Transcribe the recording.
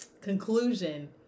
conclusion